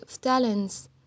talents